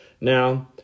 Now